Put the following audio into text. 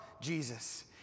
Jesus